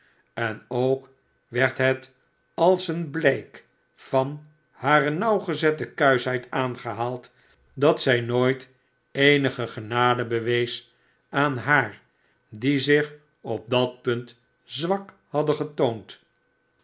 en ook werd het als een blijk van hare nauwgezette kuischheid aangehaald dat zij nooit eenige genade bewees aan haar die zich op dat punt zwak hadden getoond